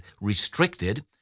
restricted